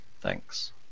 Thanks